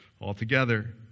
altogether